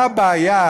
מה הבעיה,